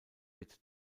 wird